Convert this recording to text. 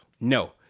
No